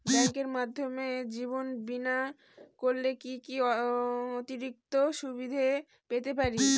ব্যাংকের মাধ্যমে জীবন বীমা করলে কি কি অতিরিক্ত সুবিধে পেতে পারি?